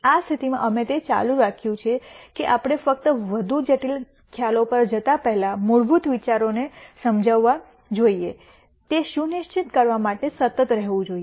આ સ્થિતિમાં અમે તે ચાલુ રાખ્યું છે કે આપણે ફક્ત વધુ જટિલ ખ્યાલો પર જતા પહેલા મૂળભૂત વિચારોને સમજાવીએ છીએ તે સુનિશ્ચિત કરવા માટે સતત રહેવું જોઈએ